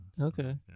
Okay